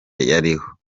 yariho